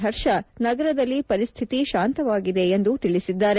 ಹರ್ಷ ನಗರದಲ್ಲಿ ಪರಿಸ್ಥಿತಿ ಶಾಂತವಾಗಿದೆ ಎಂದು ತಿಳಿಸಿದ್ದಾರೆ